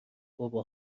بابا